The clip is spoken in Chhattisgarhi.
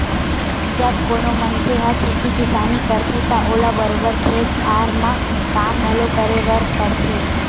जब कोनो मनखे ह खेती किसानी करथे त ओला बरोबर खेत खार म काम घलो करे बर परथे